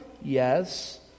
Yes